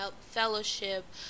fellowship